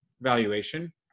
valuation